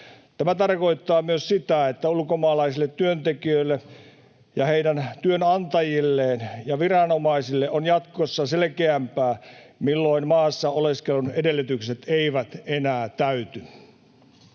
Tämä tarkoittaa myös sitä, että ulkomaalaisille työntekijöille ja heidän työnantajilleen ja viranomaisille on jatkossa selkeämpää, milloin maassa oleskelun edellytykset eivät enää täyty.